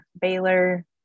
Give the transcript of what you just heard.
Baylor